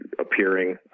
appearing